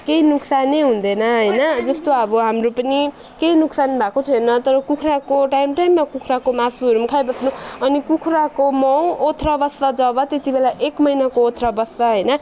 केही नोक्सानै हुँदैन होइन जस्तो अब हाम्रो पनि केही नोक्सान भएको छैन तर कुखुराको टाइम टाइममा कुखुराको मासुहरू पनि खाइबस्नु अनि कुखुराको माउ ओथ्रा बस्छ जब त्यति बेला एक महिनाको ओथ्रा बस्छ होइन